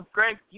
Greg